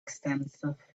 extensive